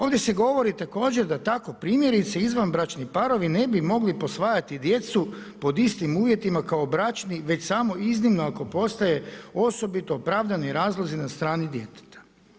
Ovdje se govori također da tako primjerice izvanbračni parovi ne bi mogli posvajati djecu pod istim uvjetima kao bračni već samo iznimno ako postoji osobito opravdani razlozi na strani djeteta.